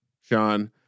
Sean